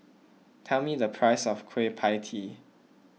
tell me the price of Kueh Pie Tee